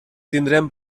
tindrem